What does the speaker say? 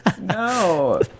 No